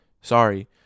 sorry